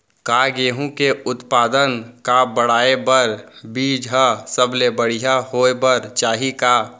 का गेहूँ के उत्पादन का बढ़ाये बर बीज ह सबले बढ़िया होय बर चाही का?